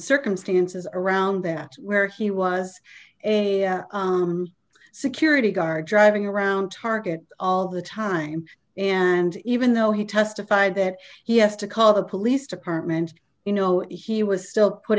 circumstances around that where he was a security guard driving around target all the time and even though he testified that he has to call the police department you know if he was still put